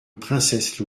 princesse